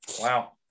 Wow